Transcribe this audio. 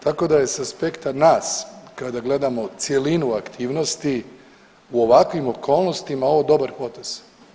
Tako da je s aspekta nas kada gledamo cjelinu aktivnosti u ovakvim okolnostima ovo dobar potez.